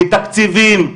מתקציבים,